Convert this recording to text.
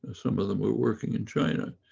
some of them were working in china,